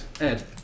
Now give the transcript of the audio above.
Ed